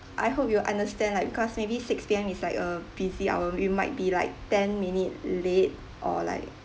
I hope you'll understand like because maybe six P_M is like a busy hour we might be like ten minute late or like